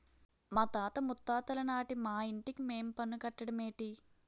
మాతాత ముత్తాతలనాటి మా ఇంటికి మేం పన్ను కట్టడ మేటి